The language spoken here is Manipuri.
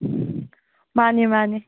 ꯃꯥꯅꯤ ꯃꯥꯅꯤ